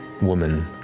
woman